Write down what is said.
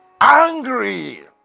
angry